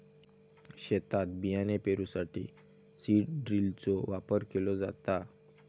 शेतात बियाणे पेरूसाठी सीड ड्रिलचो वापर केलो जाता